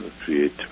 create